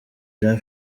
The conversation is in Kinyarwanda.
jean